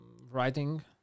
writing